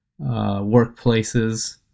workplaces